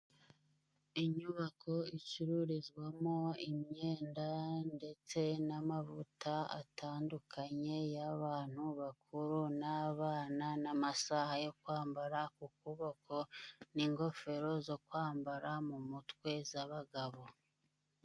Inyubako icururizwamo imyenda ndetse n'amavuta atandukanye, y'abantu bakuru n'abana n'amasaha yo kwambara ukuboko, n'ingofero zo kwambara mu mutwe z'abagabo.